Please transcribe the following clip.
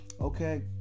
Okay